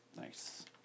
Nice